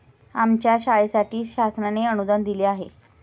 आमच्या शाळेसाठी शासनाने अनुदान दिले आहे